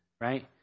right